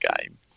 game